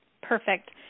Perfect